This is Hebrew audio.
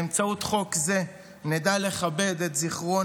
באמצעות חוק זה נדע לכבד את זיכרון